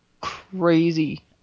crazy